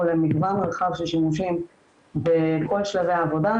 למגוון רחב של שימושים בכל שלבי העבודה,